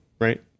right